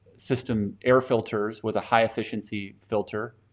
system air filters with a high efficiency filter,